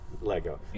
Lego